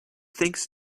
thinks